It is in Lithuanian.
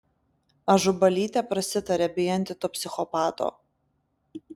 ažubalytė prasitarė bijanti to psichopato